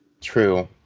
True